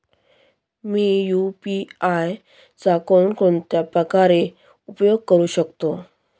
मी UPI चा कोणकोणत्या प्रकारे उपयोग करू शकतो?